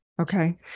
Okay